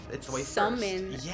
summon